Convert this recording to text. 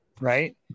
right